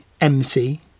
MC